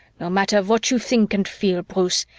no matter what you think and feel, bruce,